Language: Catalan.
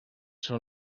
són